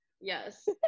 Yes